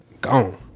Gone